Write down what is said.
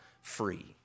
free